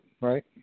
right